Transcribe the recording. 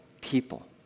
people